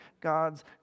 God's